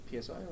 PSI